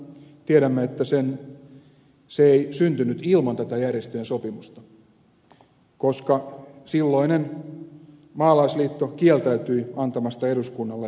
tiedämme että se ei syntynyt ilman tätä järjestöjen sopimusta koska silloinen maalaisliitto kieltäytyi antamasta eduskunnalle ehdotusta työeläkkeistä